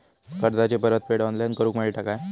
कर्जाची परत फेड ऑनलाइन करूक मेलता काय?